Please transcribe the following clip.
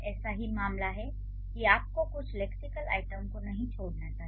ऐसा ही मामला है कि आपको कुछ लेक्सिकल आइटम को नहीं छोड़ना चाहिए